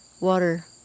water